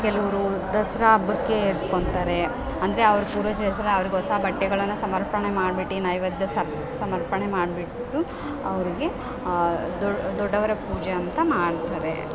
ಕೆಲೂರು ದಸ್ರಾ ಹಬ್ಬಕ್ಕೆ ಇರಿಸ್ಕೊಂತಾರೇ ಅಂದರೆ ಅವ್ರ ಪೂರ್ವಜರ ಹೆಸರ ಆವ್ರಿಗೆ ಹೊಸ ಬಟ್ಟೆಗಳನ್ನು ಸಮರ್ಪಣೆ ಮಾಡ್ಬಿಟ್ಟು ನೈವೇದ್ಯ ಸಮರ್ಪಣೆ ಮಾಡಿಬಿಟ್ಟು ಅವರಿಗೆ ದೊಡ್ಡವರ ಪೂಜೆ ಅಂತ ಮಾಡ್ಬಿಡ್ತಾರೆ